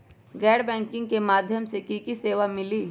गैर बैंकिंग के माध्यम से की की सेवा मिली?